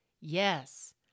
Yes